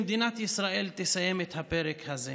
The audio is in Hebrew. שמדינת ישראל תסיים את הפרק הזה